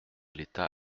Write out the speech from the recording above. l’état